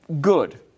good